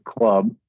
club